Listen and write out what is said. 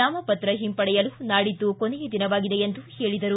ನಾಮಪತ್ರ ಹಿಂಪಡೆಯಲು ನಾಡಿದ್ದು ಕಡೆಯ ದಿನವಾಗಿದೆ ಎಂದು ಹೇಳಿದರು